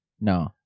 No